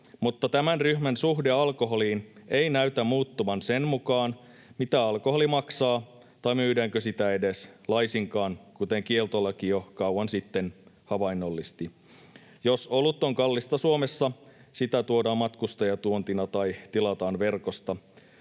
mutta tämän ryhmän suhde alkoholiin ei näytä muuttuvan sen mukaan, mitä alkoholi maksaa tai myydäänkö sitä edes laisinkaan, kuten kieltolaki jo kauan sitten havainnollisti. Jos olut on kallista Suomessa, sitä tuodaan matkustajatuontina tai tilataan verkosta.